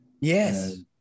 Yes